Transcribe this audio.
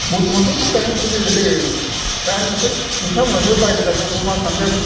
बरथ'मानथ' मोजाङै सोलिदों दा नोंथाङासो नोंथांमोनहासो बायना जाग्राफोरासो मा सानदों